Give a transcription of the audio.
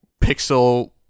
pixel